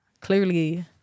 clearly